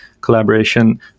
collaboration